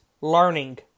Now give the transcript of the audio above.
learning